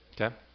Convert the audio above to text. okay